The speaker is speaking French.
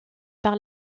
par